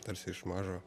tarsi iš mažo